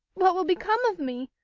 what will become of me?